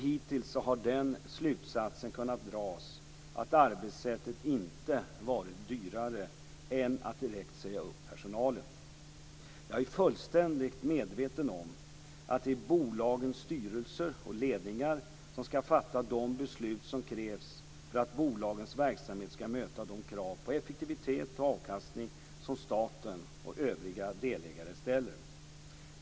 Hittills har den slutsatsen kunnat dras att arbetssättet inte varit dyrare än att direkt säga upp personalen. Jag är fullständigt medveten om att det är bolagens styrelser och ledningar som skall fatta de beslut som krävs för att bolagens verksamhet skall möta de krav på effektivitet och avkastning som staten och övriga delägare ställer.